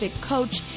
coach